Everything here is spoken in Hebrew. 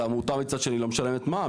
אבל העמותה מצד שני לא משלמת מע"מ,